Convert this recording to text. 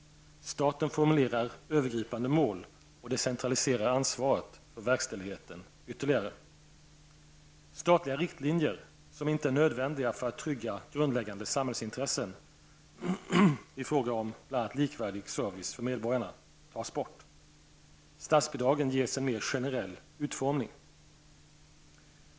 Staten formulerar övergripande mål och decentraliserar ansvaret för verkställigheten ytterligare. -- Statliga riktlinjer som inte är nödvändiga för att trygga grundläggande samhällsintressen i fråga om bl.a. likvärdig service för medborgarna tas bort. -- Statsbidragen ges en mer generell utformning.